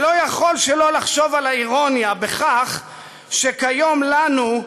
ולא יכול שלא לחשוב על האירוניה בכך שכיום לנו,